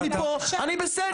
ומפה - אני בסדר.